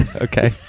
Okay